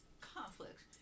conflicts